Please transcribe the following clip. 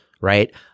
right